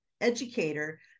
educator